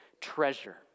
treasure